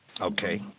Okay